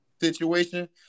situation